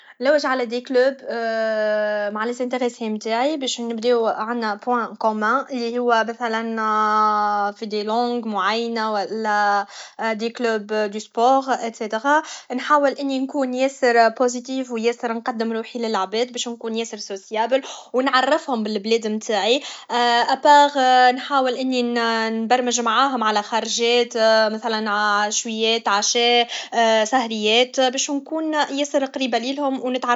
نلوج على دي كلاب مع ليانتيغاس نتاعي باش نبداو عندنا بوان كومان لي هو مثلا في دي لونج معينه والا دي كلاب دو سبور اكسيتيغانحاول اني نكون ياسر بوزيتيف و ياسر نقد روحي للعباد باش نكون ياسر سوسيابل و نعرفهم بلبلاد نتاعي اباغ اني نحاول نبرمج معاهم على خرجات مثلا عشويات عشا سهريات باش نكون ياسر قريبه ليهم و نتعرف